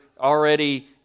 already